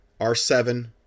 R7